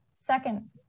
second